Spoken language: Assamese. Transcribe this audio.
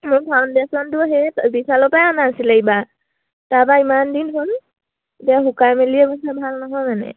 মোৰ ফাউণ্ডেশ্যনটো সেই বিছালৰ পৰা অনা আছিলে এইবাৰ তাৰপা ইমান দিন হ'ল এতিয়া শুকাই মেলিয়ে ভাল নহয় মানে